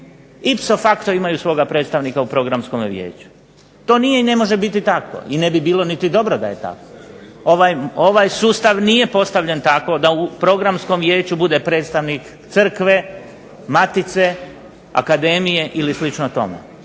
ipso facto imaju svoga predstavnika u Programskome vijeću. To nije i ne može biti tako i ne bi bilo niti dobro da je tako. Ovaj sustav nije postavljen tako da u Programskom vijeću bude predstavnik crkve, matice, akademije ili slično tome